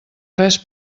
res